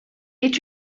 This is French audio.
est